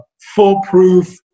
foolproof